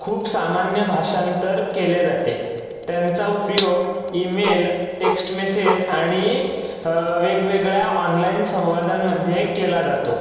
खूप सामान्य भाषांतर केले जाते त्यांचा उपयोग ईमेल टेक्स्ट मेसेज आणि वेगवेगळ्या ऑनलाइन संवादांमध्ये केला जातो